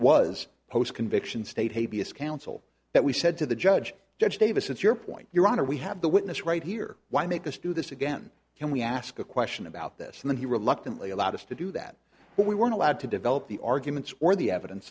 was post conviction state hey b s counsel that we said to the judge judge davis it's your point your honor we have the witness right here why make us do this again can we ask a question about this and then he reluctantly alatas to do that but we weren't allowed to develop the arguments or the evidence